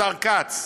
השר כץ,